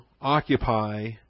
occupy